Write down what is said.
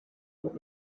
what